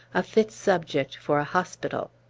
a fit subject for a hospital.